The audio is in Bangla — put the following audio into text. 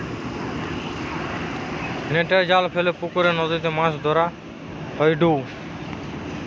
নেটের জাল ফেলে পুকরে, নদীতে মাছ ধরা হয়ঢু